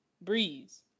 Breeze